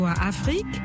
Afrique